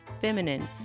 feminine